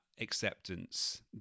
acceptance